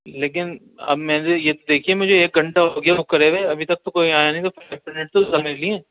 لیکن اب میں نے یہ تو دیکھیے مجھے ایک گھنٹہ ہو گیا ہے بک کرے ہوئے ابھی تک تو کوئی آیا نہیں تو بینفٹ تو ہوگا نہیں